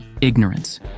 ignorance